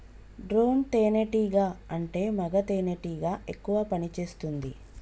drone తేనే టీగా అంటే మగ తెనెటీగ ఎక్కువ పని చేస్తుంది